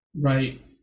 right